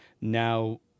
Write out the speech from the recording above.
now